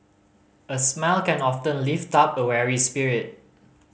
a smile can often lift up a weary spirit